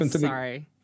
sorry